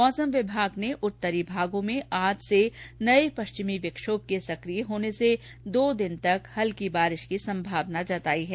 मौसम विभाग ने उत्तरी भागों में आज से नये पश्चिमी विक्षोम के सकिय होने से दो दिन तक हल्की बारिश की संभावना जताई है